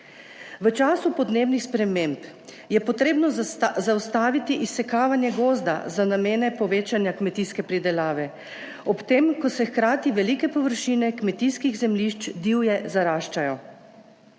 V času podnebnih sprememb je potrebno zaustaviti izsekavanje gozda za namene povečanja kmetijske pridelave, ob tem, ko se hkrati velike površine kmetijskih zemljišč divje zaraščajo.